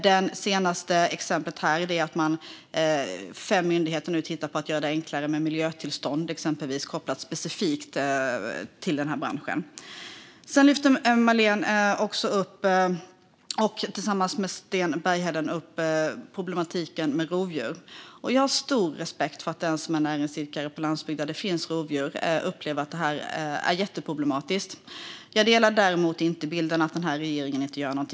Det senaste exemplet är att fem myndigheter nu tittar på att göra det enklare med miljötillstånd, kopplat specifikt till denna bransch. Sedan lyfter Marléne, tillsammans med Sten Bergheden, också upp problematiken med rovdjur. Jag har stor respekt för att den som är näringsidkare på landsbygd där det finns rovdjur upplever att detta är jätteproblematiskt. Jag delar däremot inte bilden att regeringen inte gör något.